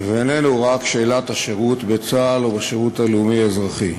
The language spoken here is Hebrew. והוא איננו רק שאלת השירות בצה"ל או בשירות הלאומי-האזרחי.